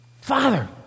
Father